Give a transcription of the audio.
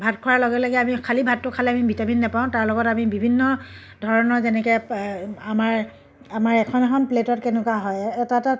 ভাত খোৱাৰ লগে লগে আমি খালী ভাতটো খালে আমি ভিটামিন নাপাওঁ তাৰ লগত আমি বিভিন্ন ধৰণৰ যেনেকৈ আমাৰ আমাৰ এখন এখন প্লেটত কেনেকুৱা হয় এটা এটা